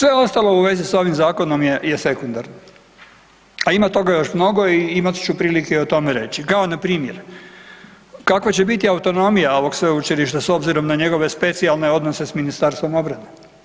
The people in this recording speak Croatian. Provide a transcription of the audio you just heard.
Sve ostalo u vezi s ovim zakonom je, je sekundarno, a ima toga još mnogo i imat ću prilike o tome reći, kao npr. kakva će biti autonomija ovog sveučilišta s obzirom na njegove specijalne odnose s Ministarstvom obrane?